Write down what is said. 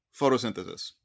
photosynthesis